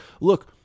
look